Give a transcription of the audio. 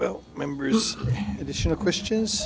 well members additional questions